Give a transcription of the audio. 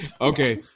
okay